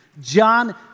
John